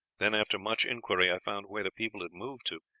then after much inquiry i found where the people had moved to,